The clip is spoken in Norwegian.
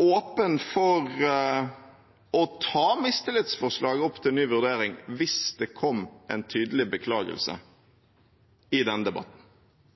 åpne for å ta mistillitsforslaget opp til ny vurdering hvis det kom en tydelig beklagelse i denne debatten.